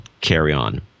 carry-on